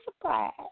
surprise